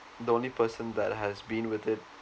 the only person that has been with it